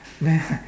very high